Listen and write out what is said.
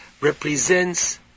represents